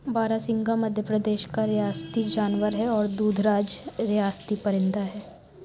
بارا سنگھا مدھیہ پردیش کا ریاستی جانور ہے اور دودھ راج ریاستی پرندہ ہے